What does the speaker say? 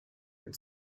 and